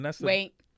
wait